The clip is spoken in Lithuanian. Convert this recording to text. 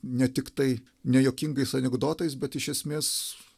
ne tik tai ne juokingais anekdotais bet iš esmės